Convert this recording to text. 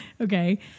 Okay